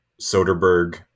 Soderbergh